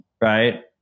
right